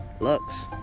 Lux